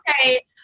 okay